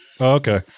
Okay